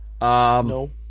no